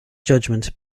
judgement